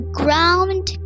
ground